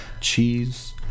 Cheese